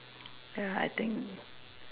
ya I think